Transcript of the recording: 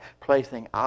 Placing